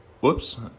whoops